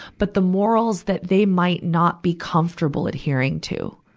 but the morals that they might not be comfortable adhering to.